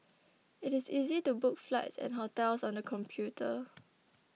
it is easy to book flights and hotels on the computer